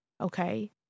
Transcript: okay